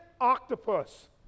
octopus